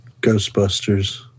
Ghostbusters